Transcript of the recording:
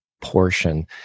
portion